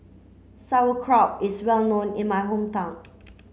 sauerkraut is well known in my hometown